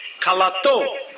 Kalato